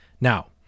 Now